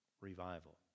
revival